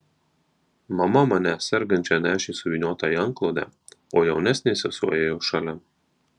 mama mane sergančią nešė suvyniotą į antklodę o jaunesnė sesuo ėjo šalia